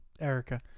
Erica